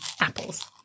apples